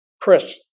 Chris